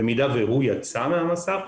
אם הוא יצא מהמסך.